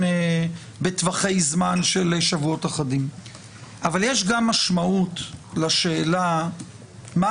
בטווחי זמן של שבועות אחדים אבל יש גם משמעות לשאלה מה